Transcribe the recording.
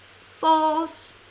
false